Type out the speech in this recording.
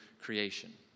creation